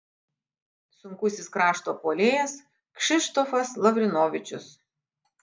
sunkusis krašto puolėjas kšištofas lavrinovičius